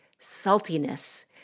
Saltiness